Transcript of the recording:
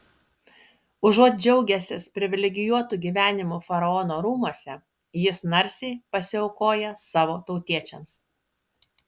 užuot džiaugęsis privilegijuotu gyvenimu faraono rūmuose jis narsiai pasiaukoja savo tautiečiams